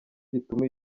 gituma